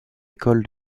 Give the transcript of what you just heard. école